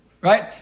Right